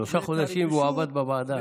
שלושה חודשים והוא עבד בוועדה.